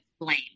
blame